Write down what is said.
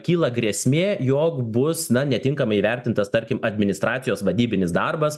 kyla grėsmė jog bus na netinkamai įvertintas tarkim administracijos vadybinis darbas